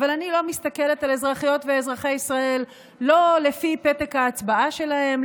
אבל אני לא מסתכלת על אזרחיות ואזרחי ישראל לא לפי פתק ההצבעה שלהם,